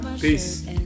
Peace